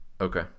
Okay